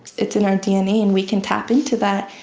it's in our dna and we can tap into that.